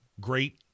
great